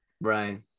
Right